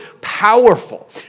powerful